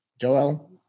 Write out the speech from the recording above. Joel